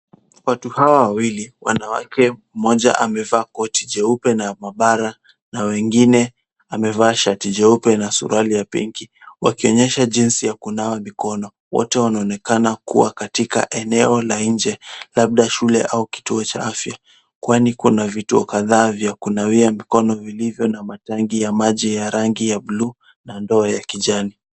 Watu hawa wawili wanawake moja amevaa koti jeupe na mapara na wengine amevaa shati jeupe na suruali ya pinki wakionyesha jinsi ya kunawa mkono. Wote wanaonekana kuwa katika eneo la nje labda shule au kituo cha afya, kwani kuna vituo kadhaa vya kunawia mikono vilivyo na matanki ya maji ya rangi ya bluu na ndoo ya kijani.